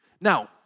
Now